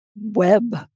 web